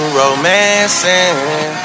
romancing